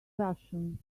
passion